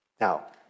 Now